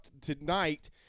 tonight